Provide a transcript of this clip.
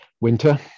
winter